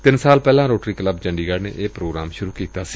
ਤਿੰਨ ਸਾਲ ਪਹਿਲਾ ਰੋਟਰੀ ਕਲੱਬ ਚੰਡੀਗੜੁ ਨੇ ਇਹ ਪੋਗਰਾਮ ਸ਼ੁਰੁ ਕੀਤਾ ਸੀ